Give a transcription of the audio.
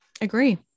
Agree